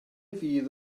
fydd